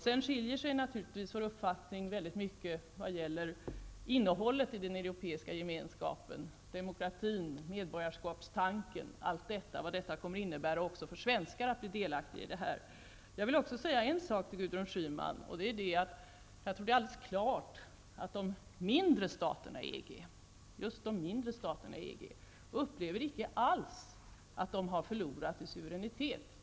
Sedan skiljer sig naturligtvis vår uppfattning väldigt mycket vad gäller innehållet i den europeiska gemenskapen, demokratin, medborgarskapstanken och vad det kommer att innebära också för svenskar att bli delaktiga i detta. Jag vill också säga till Gudrun Schyman att jag tror att det är alldeles klart att de mindre staterna i EG, just de mindre staterna, icke alls upplever att de har förlorat i suveränitet.